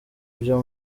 byo